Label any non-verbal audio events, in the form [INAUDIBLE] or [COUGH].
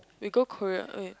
we go Korea [NOISE]